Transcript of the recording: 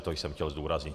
To jsem chtěl zdůraznit.